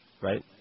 Right